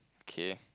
okay